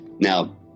now